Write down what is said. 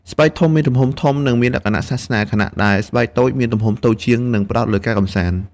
ស្បែកធំមានទំហំធំ និងមានលក្ខណៈសាសនា ខណៈដែលស្បែកតូចមានទំហំតូចជាង និងផ្តោតលើការកម្សាន្ត។